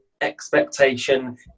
expectation